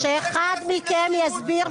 6,000 לשכירות,